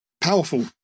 powerful